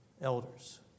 elders